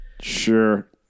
Sure